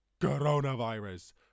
coronavirus